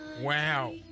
Wow